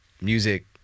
music